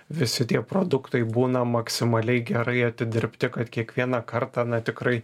visi tie produktai būna maksimaliai gerai atidirbti kad kiekvieną kartą na tikrai